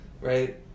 right